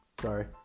Sorry